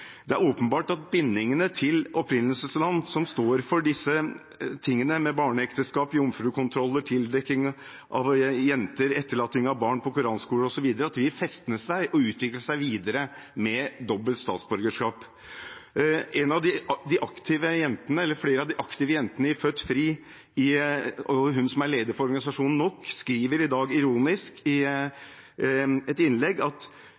Det er åpenbart at bindingene til opprinnelsesland som står for disse tingene – barneekteskap, jomfrukontroller, tildekking av jenter, etterlating av barn på koranskoler, osv. – vil feste seg og utvikle seg videre med dobbelt statsborgerskap. Flere av de aktive jentene i Født Fri sier det samme, og lederen for organisasjonen NOK skriver i dag ironisk i et